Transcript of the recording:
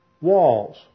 walls